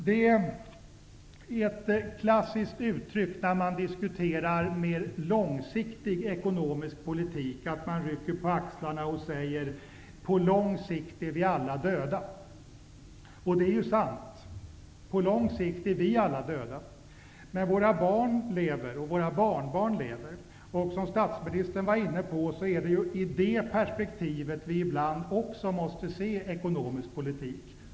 Det är klassiskt att man, när man diskuterar mer långsiktig ekonomisk politik, rycker på axlarna och säger: På lång sikt är vi alla döda. Och det är ju sant. På lång sikt är vi alla döda. Men våra barn och barnbarn lever. Som statsministern var inne på måste vi ibland se ekonomisk politik också i det perspektivet.